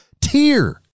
tier